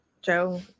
Joe